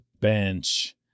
bench